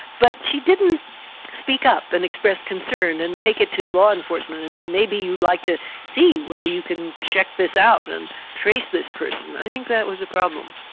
but she didn't speak up and express concern and take it to law enforcement and say maybe you'd like to see whether you can check this out and trace this person. i think that was a problem.